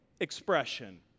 expression